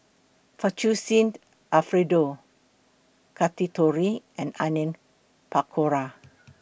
Fettuccine Alfredo and Onion Pakora